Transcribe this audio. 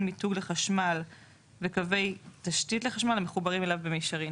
מיתוג לחשמל וקווי תשתית לחשמל המחוברים אליו במישרין